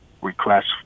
request